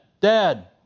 dad